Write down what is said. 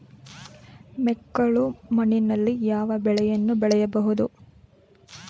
ಮೆಕ್ಕಲು ಮಣ್ಣಿನಲ್ಲಿ ಯಾವ ಬೆಳೆಯನ್ನು ಬೆಳೆಯಬಹುದು?